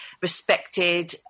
respected